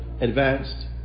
advanced